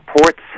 ports